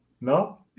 No